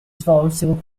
svolsero